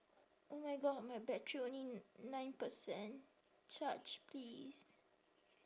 oh my god my battery only nine percent charge please